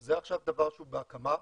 זה עכשיו דבר שהוא בהקמה,